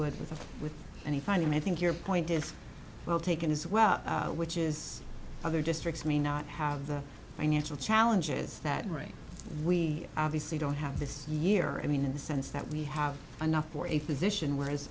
with with any filing may think your point is well taken as well which is other districts may not have the financial challenges that rain we obviously don't have this year i mean in the sense that we have enough for a physician whereas